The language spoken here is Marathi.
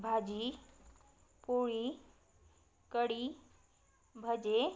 भाजी पोळी कडी भजे